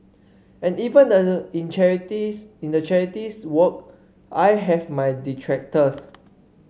and even that the in charities in the charities work I have my detractors